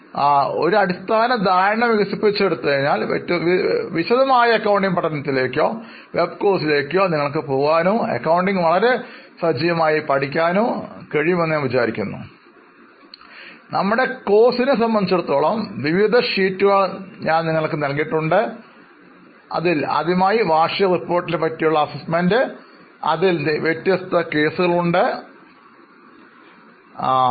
ഇപ്പോൾ നിങ്ങൾ അടിസ്ഥാന ധാരണ വികസിപ്പിച്ചെടുത്ത അതിനാൽ വിശദമായ അക്കൌണ്ടിംഗ് പഠനത്തിലേക്ക് or വെബ് കോഴ്സുകൾക്കോ പോകുക അതുവഴി നിങ്ങൾക്ക് അക്കൌണ്ടിംഗ് കൂടുതൽ ആശയങ്ങൾ പഠിക്കാനും കഴിയും നമ്മളുടെ കോഴ്സിനെ സംബന്ധിച്ചിടത്തോളം വിവിധ ഷീറ്റുകൾ നിങ്ങൾക്ക് പങ്കിട്ടിട്ടുണ്ട് അതിൽ ആദ്യമായി വാർഷിക റിപ്പോർട്ടിനെക്കുറിച്ചുള്ള അസൈൻമെൻറ് അതിൽ വിവിധ കേസുകളുണ്ട് നിങ്ങളുമായി പങ്കിട്ടതിൽ ആശയപരമായ വശങ്ങളും ഉണ്ട്